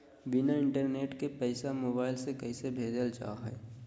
बिना इंटरनेट के पैसा मोबाइल से कैसे भेजल जा है?